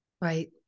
Right